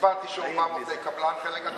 צמיחה עלתה או ירדה?